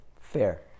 fair